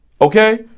Okay